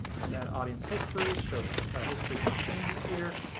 and then audience history, it shows a history of changes here.